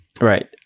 Right